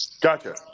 gotcha